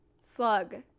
Slug